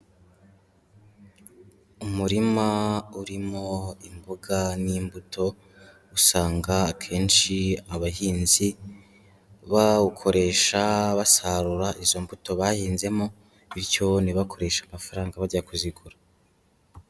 Umurima urimo imboga n'imbuto, usanga akenshi abahinzi bawukoresha basarura, izo mbuto bahinzemo, bityo ntibakoreshe amafaranga bajya kuzigura.